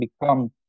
become